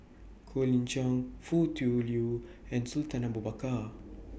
Colin Cheong Foo Tui Liew and Sultan Abu Bakar